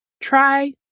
Try